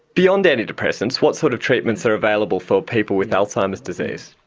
beyond antidepressants, what sort of treatments are available for people with alzheimer's disease?